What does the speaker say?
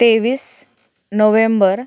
तेवीस नोवेंबर